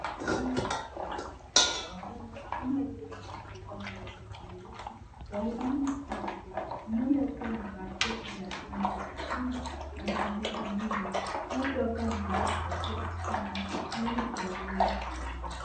Janga ambapo mtu ameweza kuumia, mwanaume aliyeumia alikuwa amevaa socks nyeusi. Wahudumu wa afya, mmoja akiwa amevaa koti za rangi nyekundu, wanamhudumia, huku wakiwa wamevaa kofia kichwani ili wasiweze kuumia.